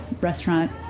restaurant